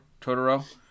Totoro